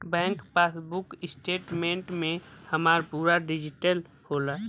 bank passbook statement में हमार पूरा डिटेल होला